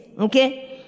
Okay